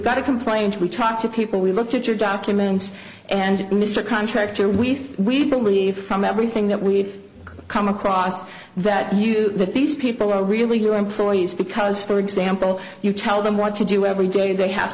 got a complaint we tried to people we looked at your documents and mr contractor we we believe from everything that we've come across that you that these people are really your employees because for example you tell them what you do every day they have